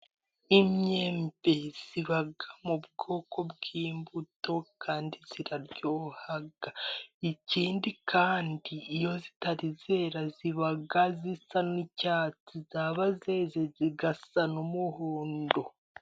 Imyembe iba mu bwoko bw'imbuto kandi iraryoha, ikindi kandi iyo itari yera iba isa n'icyatsi, yaba yeze igasa n'umuhondo.